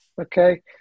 okay